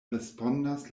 respondas